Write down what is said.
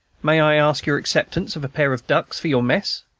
may i ask your acceptance of a pair of ducks for your mess?